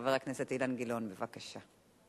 חבר הכנסת אילן גילאון, בבקשה.